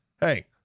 hey